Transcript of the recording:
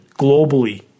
globally